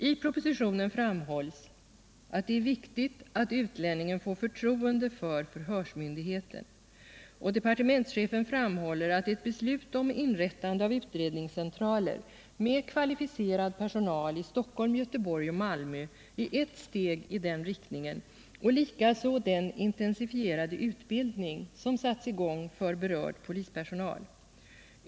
I propositionen framhålls att det är viktigt att utlänningen får förtroende för förhörsmyndigheten. Och departementschefen framhåller att ett beslut om inrättande av utredningscentraler med kvalificerad personal i Stockholm, Göteborg och Malmö är ett steg i den riktningen och likaså den intensifierade utbildning som satts i gång 33 för berörd polispersonal.